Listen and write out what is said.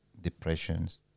depressions